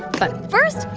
but first,